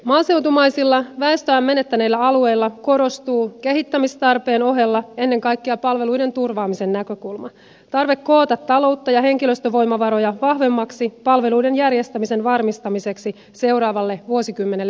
maaseutumaisilla väestöään menettäneillä alueilla korostuu kehittämistarpeen ohella ennen kaikkea palveluiden turvaamisen näkökulma tarve koota taloutta ja henkilöstövoimavaroja vahvemmiksi palveluiden järjestämisen varmistamiseksi seuraavalle vuosikymmenelle mentäessä